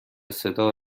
صدا